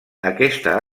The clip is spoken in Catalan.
aquesta